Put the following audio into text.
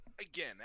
again